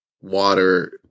water